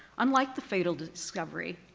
unlike the fatal discovery,